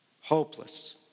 hopeless